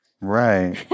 Right